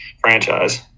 franchise